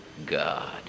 God